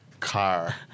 Car